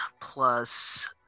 plus